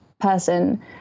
person